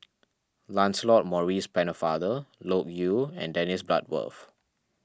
Lancelot Maurice Pennefather Loke Yew and Dennis Bloodworth